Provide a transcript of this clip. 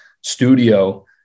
studio